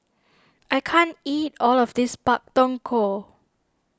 I can't eat all of this Pak Thong Ko